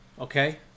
Okay